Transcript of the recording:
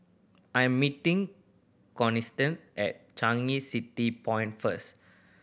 I am meeting Constantine at Changi City Point first